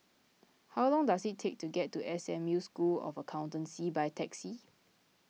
how long does it take to get to S M U School of Accountancy by taxi